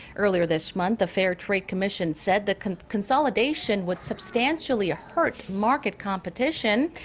earlier this month, the fair trade commission said the consolidation would substantially hurt market competition.